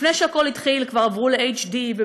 לפני שהכול התחיל כבר עברו ל-HD,